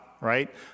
right